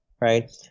right